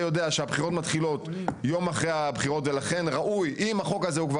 יודע שהבחירות מתחילות יום אחרי הבחירות ולכן אם החוק הזה הוא כבר